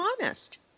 honest